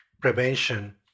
prevention